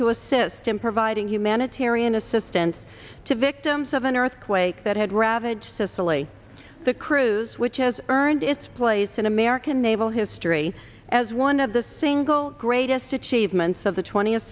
to assist in providing humanitarian assistance to victims of an earthquake that had ravaged sicily the cruise which has earned its place in american naval history as one of the single greatest achievements of the twentieth